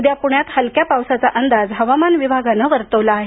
उद्या पुण्यात हलक्या पावसाचा अंदाज हवामान विभागानं वर्तवला आहे